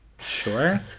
Sure